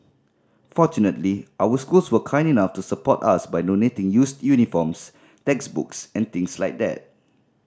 fortunately our schools were kind enough to support us by donating used uniforms textbooks and things like that